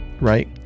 right